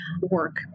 work